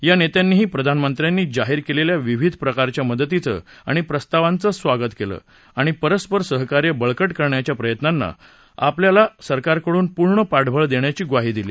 या नेत्यांनीही प्रधानमंत्र्यानी जाहीर केलेल्या विविध प्रकारच्या मदतीचं आणि प्रस्तावांचं स्वागत केलं आणि परस्पर सहकार्य बळकट करण्याच्या प्रयत्नांना आपापल्या सरकारकडून पूर्ण पाठबळ देण्याची ग्वाही दिली